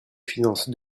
finances